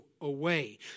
away